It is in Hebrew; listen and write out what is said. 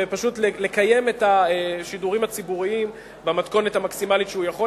ופשוט לקיים את השידורים הציבוריים במתכונת המקסימלית שהוא יכול,